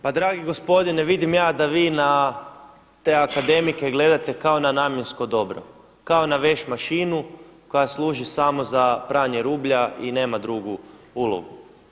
Pa dragi gospodine, vidim ja da vi na te akademike gledate kao na namjensko dobro, kao na veš mašinu koja služi samo za pranje rublja i nema drugu ulogu.